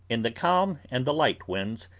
in the calm and the light winds,